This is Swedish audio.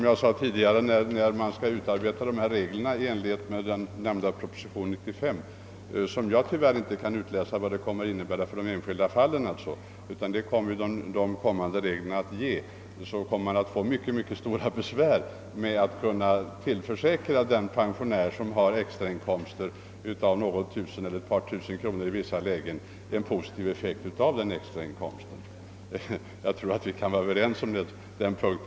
Jag kan tyvärr inte läsa ut vad proposition nr 95 kommer att innebära i det enskilda fallet, men när reglerna 1 det sammanhanget skall utarbetas kommer man att få mycket stora besvär med att tillförsäkra den pensionär, som har något eller några tusen kronor i extrainkomster, en positiv effekt av hans arbetsinsatser och extrainkomster. Jag tror att vi kan vara överens på denna punkt.